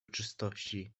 czystości